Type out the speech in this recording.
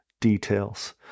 details